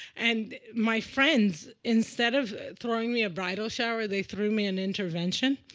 and my friends, instead of throwing me a bridal shower, they threw me an intervention.